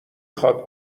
خواد